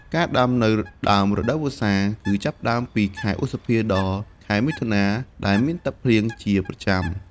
ការដាំនៅដើមរដូវវស្សាគឺចាប់ពីខែឧសភាដល់ខែមិថុនា ដែលមានទឹកភ្លៀងជាប្រចាំ។